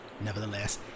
Nevertheless